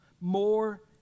more